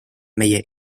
meie